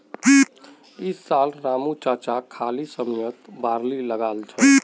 इस साल रामू चाचा खाली समयत बार्ली लगाल छ